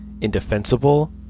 indefensible